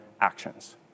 actions